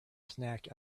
snack